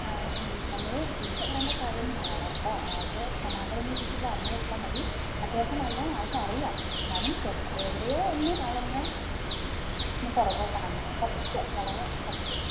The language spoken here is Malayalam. ആ നമ്മൾ ചീത്ത പറയേണ്ട കാര്യമൊന്നുമില്ല ആളെ ഇപ്പോൾ ആൾക്ക് സമാധാനത്തോടെ ഒന്ന് ഇരുന്നിട്ട് പറഞ്ഞു കൊടുത്താൽ മതി അത്യാവശ്യം എല്ലാം ആൾക്ക് അറിയാം എന്നാലും ചെറുത് എവിടയോ ഒന്ന് ആളൊന്ന് ഒന്നു പുറകോട്ടാണ് കുറച്ച് വളരെക്കുറച്ച്